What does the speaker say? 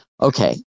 okay